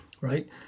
right